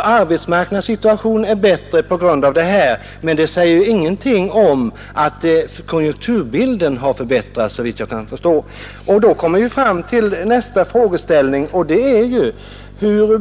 Arbetsmarknadssituationen är således bättre på grund av detta. Men det säger såvitt jag förstår inte att konjunkturbilden har förbättrats. De frågor man då måste ställa sig är: Hur